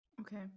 Okay